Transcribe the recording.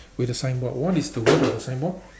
with a signboard what is the word on the signboard